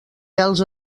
pèls